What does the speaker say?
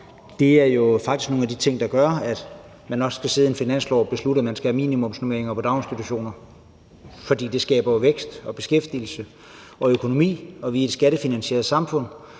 faktisk er nogle af de ting, der gør, at man i forhold til finansloven kan beslutte, at man skal have minimumsnormeringer på daginstitutionsområdet. For det skaber vækst og beskæftigelse og økonomi, og vi er et skattefinansieret samfund,